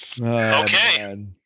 Okay